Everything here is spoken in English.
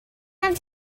have